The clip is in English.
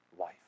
life